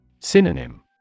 Synonym